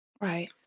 Right